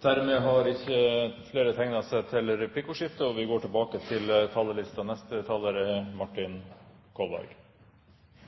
Replikkordskiftet er omme. Jeg viser til det innlegget som Bendiks Harald Arnesen hadde, og til